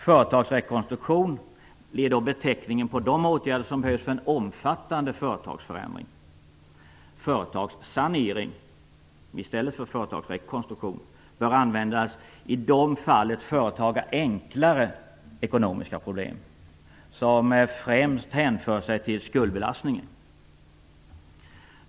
Företagsrekonstruktion är beteckningen på de åtgärder som behövs för en omfattande företagsförändring. Företagssanering - i stället för företagsrekonstruktion - bör användas i de fall ett företag har "enklare" ekonomiska problem som främst hänför sig till skuldbelastningen.